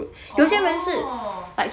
oh